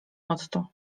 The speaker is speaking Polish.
otto